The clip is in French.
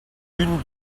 d’une